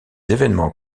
évènements